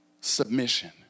Submission